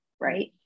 right